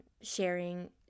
sharing